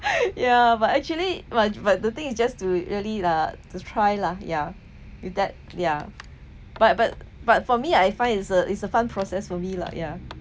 ya but actually but but the thing is just too early lah to try lah ya with that ya but but but for me I find is a is a fun process for me lah ya